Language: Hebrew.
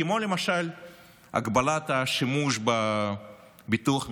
כמו למשל הגבלת השימוש בביטוח מנהלים,